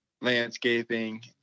landscaping